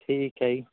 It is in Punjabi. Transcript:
ਠੀਕ ਹੈ ਜੀ